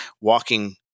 walking